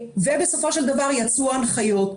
ובסופו של דבר, יצאו הנחיות.